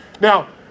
Now